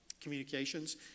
communications